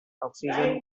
oxygen